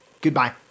Goodbye